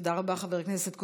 תודה רבה, חבר הכנסת קוז'ינוב.